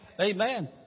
Amen